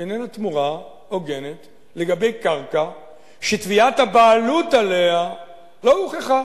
איננה תמורה הוגנת לגבי קרקע שתביעת הבעלות עליה לא הוכחה